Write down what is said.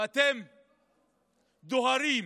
ואתם דוהרים,